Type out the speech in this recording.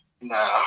No